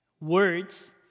Words